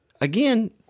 again